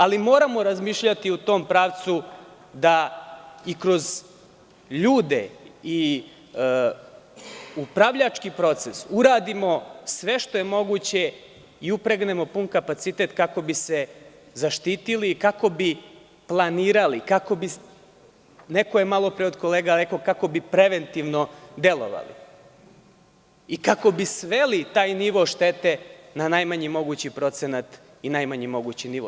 Ali, moramo razmišljati u tom pravcu da i kroz ljude i upravljački proces uradimo sve što je moguće i upregnemo pun kapacitet kako bismo se zaštitili i kako bismo planirali, kako je neko malo pre od kolega rekao – kako bismo preventivno delovali i kako bismo sveli taj nivo štete na najmanji mogući procenat i najmanji mogući nivo.